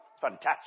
Fantastic